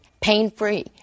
pain-free